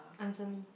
answer me